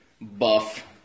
buff